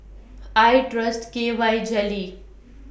I Trust K Y Jelly